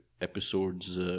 episodes